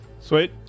Sweet